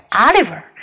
Oliver